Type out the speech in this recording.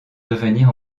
devenir